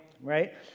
Right